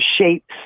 shapes